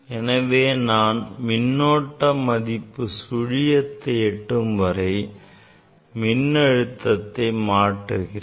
எனவே நான் மின்னோட்டம் மதிப்பு சுழியத்தை எட்டும் வரை மின்னழுத்தத்தை மாற்றுகிறேன்